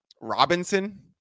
Robinson